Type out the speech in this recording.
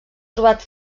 trobat